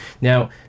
Now